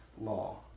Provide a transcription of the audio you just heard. law